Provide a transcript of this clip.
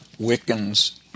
Wiccans